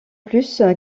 plus